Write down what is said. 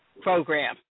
program